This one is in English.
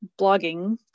blogging